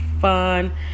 fun